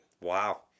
Wow